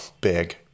big